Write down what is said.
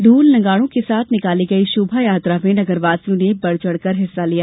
ढोल नगाडो के साथ निकाली गई शोभा यात्रा में नगर वासियों ने बढचढकर हिस्सा लिया